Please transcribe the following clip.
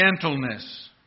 Gentleness